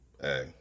Hey